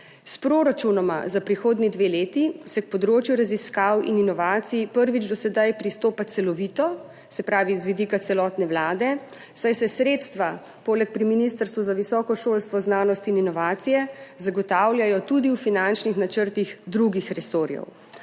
S proračunoma za prihodnji dve leti se k področju raziskav in inovacij prvič do sedaj pristopa celovito, se pravi z vidika celotne vlade, saj se sredstva poleg pri Ministrstvu za visoko šolstvo, znanost in inovacije zagotavljajo tudi v finančnih načrtih drugih resorjev.